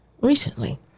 Recently